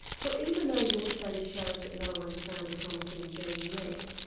so even though your study shows that no one has found a promising gene yet,